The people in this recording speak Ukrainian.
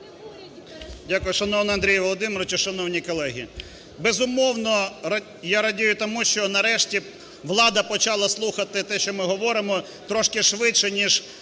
Дякую. Шановний Андрій Володимировичу, шановні колеги! Безумовно, я радію тому, що нарешті влада почала слухати те, що ми говоримо трішки швидше, ніж